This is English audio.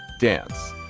dance